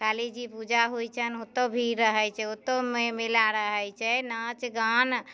काली जी पूजा होइ छनि ओतौ भीड़ रहै छै ओतौमे मेला रहै छै नाच गान